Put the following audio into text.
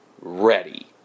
ready